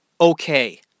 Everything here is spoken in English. okay